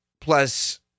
plus